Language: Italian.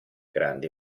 grandi